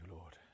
Lord